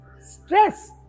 Stress